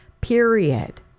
Period